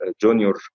junior